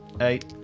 Eight